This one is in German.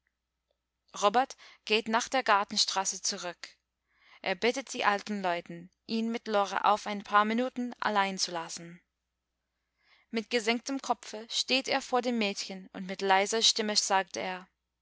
robert geht nach der gartenstraße zurück er bittet die alten leute ihn mit lore auf ein paar minuten allein zu lassen mit gesenktem kopfe steht er vor dem mädchen und mit leiser stimme sagt er